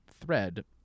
thread